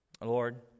Lord